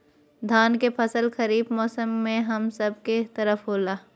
धान के फसल खरीफ मौसम में हम सब के तरफ होला